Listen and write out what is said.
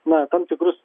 na tam tikrus